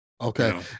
Okay